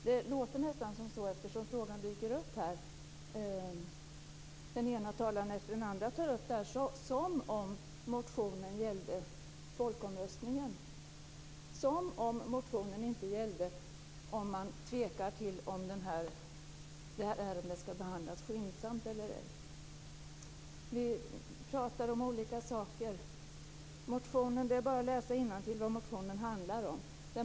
Det låter nästan så, eftersom den ena talaren efter den andra tar upp frågan som om motionen gällde folkomröstningen, som om motionen inte gällde att man är tveksam till om ärendet skall behandlas skyndsamt eller ej. Vi pratar om olika saker. Det är bara att läsa innantill vad motionen handlar om.